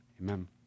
Amen